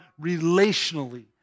relationally